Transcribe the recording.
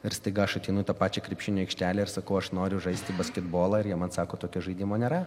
ir staiga aš ateinu į tą pačią krepšinio aikštelę ir sakau aš noriu žaisti basketbolą ir jie man sako tokio žaidimo nėra